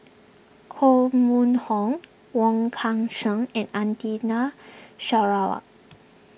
Koh Mun Hong Wong Kan Seng and Atina Sarawak